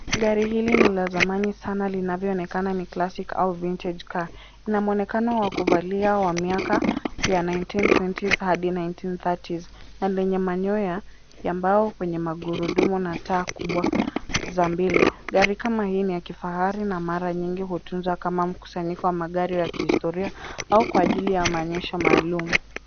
Gari hili ni la zamani sana linavyoonekana ni Classic au Vintage car. Ina mwonekano wa kuvalia ya miaka ya nineteen twenties hadi nineteen thirties na lenye manyoya ya mbao kwenye magurudumu na taa kubwa za mbele. Gari kama hii ni ya kifahari na mara nyingi hutunzwa kama mkusanyiko wa magari ya kihistoria au kwa ajili ya maonyesho maalum.